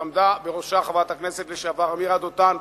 שעמדה בראשה חברת הכנסת לשעבר עמירה דותן,